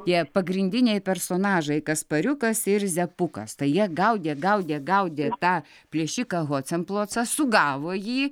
tie pagrindiniai personažai kaspariukas ir zepukas tai jie gaudė gaudė gaudė tą plėšiką hocemplocą sugavo jį